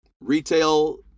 retail